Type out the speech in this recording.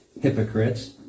hypocrites